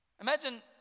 Imagine